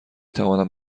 توانم